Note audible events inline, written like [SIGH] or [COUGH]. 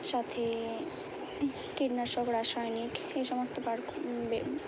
সাথে কীটনাশক রাসায়নিক এই সমস্ত [UNINTELLIGIBLE]